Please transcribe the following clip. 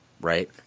right